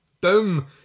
boom